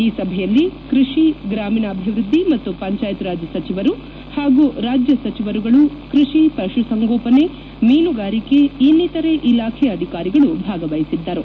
ಈ ಸಭೆಯಲ್ಲಿ ಕೃಷಿ ಗ್ರಾಮೀಣಾಭಿವೃದ್ದಿ ಮತ್ತು ಪಂಚಾಯತ್ ರಾಜ್ ಸಚಿವರು ಹಾಗೂ ರಾಜ್ಯ ಸಚಿವರುಗಳು ಕೃಷಿ ಪಶುಸಂಗೋಪನೆ ಮೀನುಗಾರಿಕೆ ಇನ್ನಿತರೆ ಇಲಾಖೆ ಅಧಿಕಾರಿಗಳು ಭಾಗವಹಿಸಿದ್ದರು